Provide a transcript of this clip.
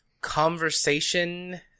conversation